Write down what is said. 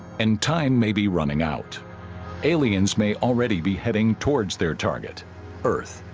and time may be running out aliens may already be heading towards their target earth